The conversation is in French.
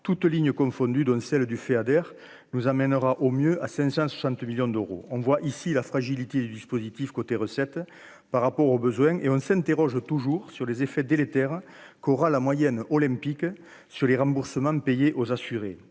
toutes lignes confondues, dont celle du Feader nous amènera au mieux à 560 millions d'euros, on voit ici la fragilité du dispositif, côté recettes par rapport aux besoins et on s'interroge toujours sur les effets délétères qu'aura la moyenne olympique sur les remboursements de payer aux assurés,